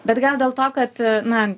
bet gal dėl to kad na